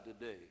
today